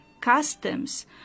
customs